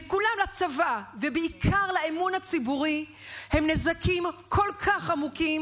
לצבא ובעיקר לאמון הציבורי הם נזקים כל כך עמוקים,